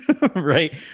right